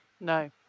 No